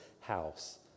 house